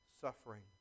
suffering